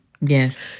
Yes